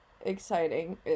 exciting